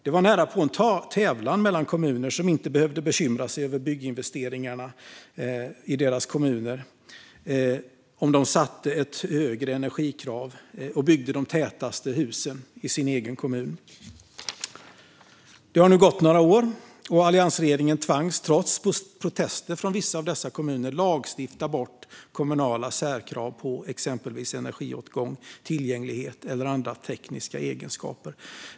Det var närapå en tävlan mellan kommuner som inte behövde bekymra sig över bygginvesteringarna i sina kommuner att ställa de högsta energikraven och bygga de tätaste husen. Det har nu gått några år, och alliansregeringen tvingades, trots protester från vissa av dessa kommuner, att lagstifta bort kommunala särkrav på exempelvis energiåtgång, tillgänglighet eller andra tekniska egenskaper.